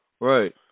Right